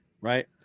Right